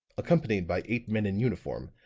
accompanied by eight men in uniform,